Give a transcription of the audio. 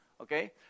Okay